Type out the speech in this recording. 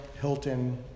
hilton